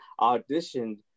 auditioned